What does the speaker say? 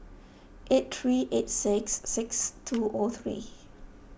eight three eight six six two O three